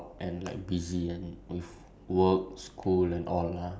which could I wish that could happen like during now but now